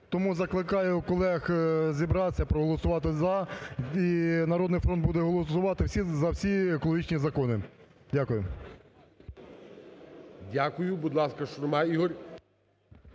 Тому закликаю колег зібратись, проголосувати – за. І "Народний фронт" буде голосувати за всі екологічні закони. Дякую. ГОЛОВУЮЧИЙ. Дякую. Будь ласка, Шурма Ігор.